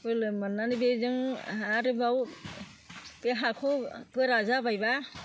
बोलो मोननानै बेजों आरोबाव बे हाखौ गोरा जाबायबा